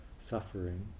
suffering